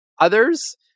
Others